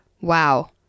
wow